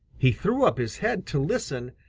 he threw up his head to listen,